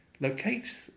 locate